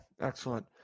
excellent